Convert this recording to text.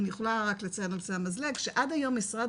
אני יכולה רק לציין על קצה המזלג שעד היום משרד